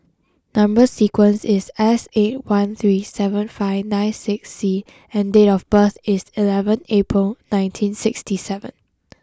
number sequence is S eight one three seven five nine six C and date of birth is eleven April nineteen sixty seven